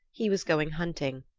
he was going hunting,